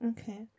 Okay